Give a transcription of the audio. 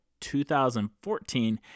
2014